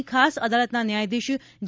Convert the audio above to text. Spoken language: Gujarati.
ની ખાસ અદાલતના ન્યાયાધીશ જે